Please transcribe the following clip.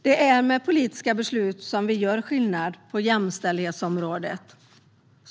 Det är med politiska beslut som vi gör skillnad på jämställdhetsområdet.